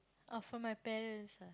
oh from my parents ah